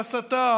ההסתה,